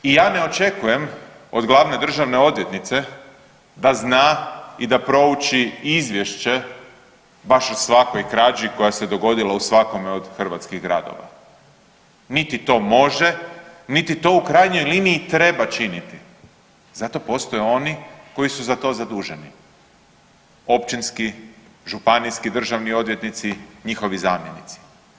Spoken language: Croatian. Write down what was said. I ja ne očekujem od glavne državne odvjetnice da zna i da prouči izvješće baš o svakoj krađi koja se dogodila u svakome od hrvatskih gradova, niti to može, niti to u krajnjoj liniji treba činiti, zato postoje oni koji su za to zaduženi općinski, županijski državni odvjetnici, njihovi zamjenici.